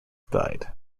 died